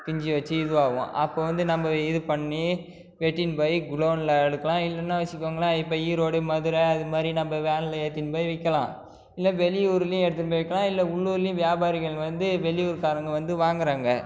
பிஞ்சு வச்சு இதுவாகவும் அப்போ வந்து நம்ப இது பண்ணி வெட்டின்னு போய் குடோனில் அடுக்கலாம் இல்லன்னா வச்சுக்கோங்களேன் இப்போ ஈரோடு மதுரை அது மாதிரி நம்ப வேனில் ஏத்தின்னு போய் விற்கலாம் இல்லை வெளியூர்லையும் எடுத்துன்னு போய் விற்கலாம் இல்லை உள்ளூரில் வியாபாரிகள் வந்து வெளியூர்க்காரங்க வந்து வாங்குறாங்க